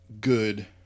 good